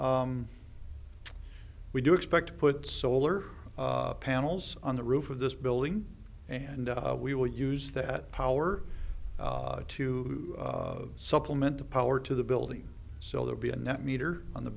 we do expect to put solar panels on the roof of this building and we will use that power to supplement the power to the building so there'll be a net meter on the